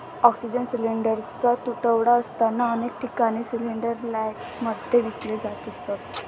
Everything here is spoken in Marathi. ऑक्सिजन सिलिंडरचा तुटवडा असताना अनेक ठिकाणी सिलिंडर ब्लॅकमध्ये विकले जात असत